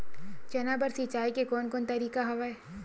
चना बर सिंचाई के कोन कोन तरीका हवय?